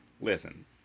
Listen